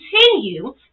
continue